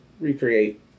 recreate